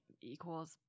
equals